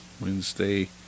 Wednesday